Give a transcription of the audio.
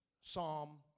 psalm